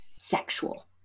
sexual